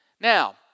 Now